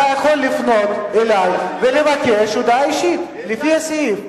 אתה יכול לפנות אלי ולבקש הודעה אישית לפי הסעיף.